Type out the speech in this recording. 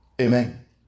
Amen